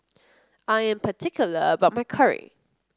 I am particular about my curry